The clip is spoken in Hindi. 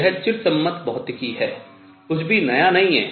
यह चिरसम्मत भौतिकी है कुछ भी नया नहीं है